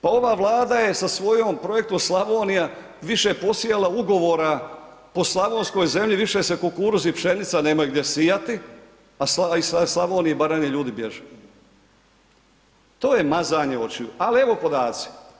Pa ova Vlada je sa svojom Projekt Slavonija više posijala ugovora, po slavonskoj zemlji više se kukuruz i pšenica nema gdje sijati, a iz Slavonije i Baranje ljudi bježe, to je mazanje očiju, ali evo podaci.